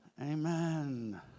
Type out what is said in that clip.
Amen